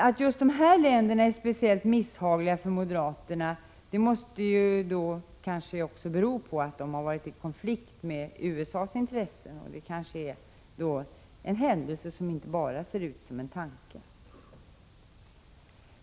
Att just dessa länder är speciellt misshagliga för moderaterna måste bero på att de har varit i konflikt med USA:s intressen, en händelse som kanske inte bara ser ut som en tanke.